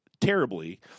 terribly